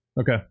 Okay